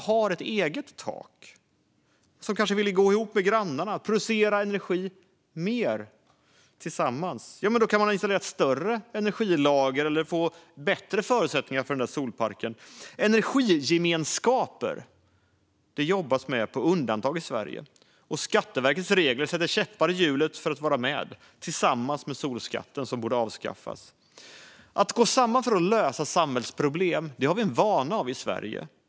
Man kanske vill gå ihop med grannarna för att producera mer energi tillsammans och kunna installera ett större batterilager eller få bättre förutsättningar för en solcellspark. Energigemenskaper är undantag i Sverige, och Skatteverkets regler sätter käppar i hjulet liksom solskatten, som borde avskaffas. Att gå samman för att lösa samhällsproblem är vi vana vid i Sverige.